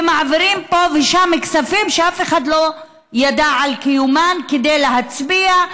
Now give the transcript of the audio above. ומעבירים פה ושם כספים שאף אחד לא ידע על קיומם כדי להצביע.